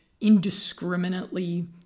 indiscriminately